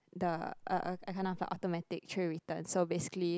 the a a kind of the automatic tray return so basically